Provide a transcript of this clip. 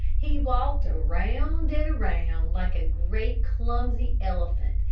he walked around and around, like a great clumsy elephant,